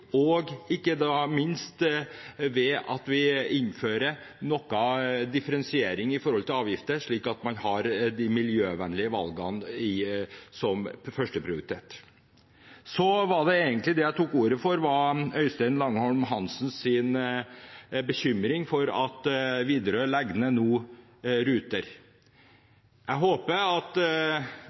og ikke minst ved å innføre noe differensierte avgifter, slik at de miljøvennlige valgene er førsteprioritet. Det jeg egentlig tok ordet for, var Øystein Langholm Hansens bekymring for at Widerøe nå legger ned ruter. Jeg håper at